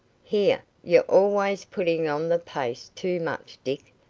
here, you're always putting on the pace too much, dick,